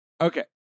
Okay